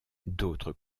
d’autres